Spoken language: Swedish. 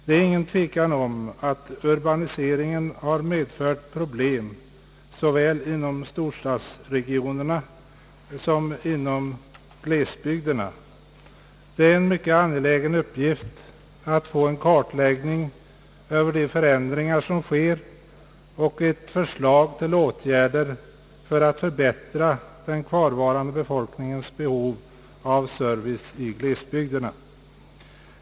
Det råder inget tvivel om att urbaniseringen har medfört problem såväl inom storstadsregionerna som inom glesbygderna. Det är en mycket angelägen uppgift att få till stånd en kartläggning över de förändringar som sker och att få fram ett förslag till åtgärder för att förbättra den kvarvarande befolkningens tillgång till service i glesbygderna.